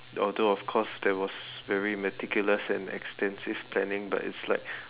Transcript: although of course there was very meticulous and extensive planning but it's like